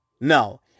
No